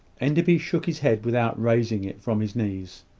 enderby shook his head without raising it from his knees.